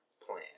plan